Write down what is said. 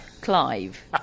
Clive